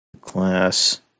Class